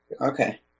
Okay